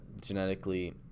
genetically